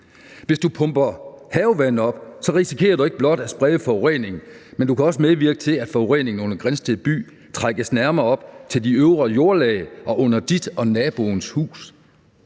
hvis du pumper havevand op, risikerer du ikke blot at sprede forureningen, men du kan også medvirke til, at forureningen under Grindsted by trækkes nærmere op til de øvre jordlag under dit og naboens hus.